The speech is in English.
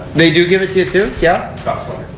they do give it to you, too. yeah